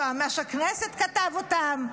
יועמ"ש הכנסת כתב אותם,